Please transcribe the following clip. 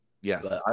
Yes